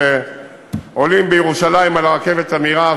שעולים בירושלים על הרכבת המהירה,